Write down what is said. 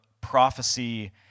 prophecy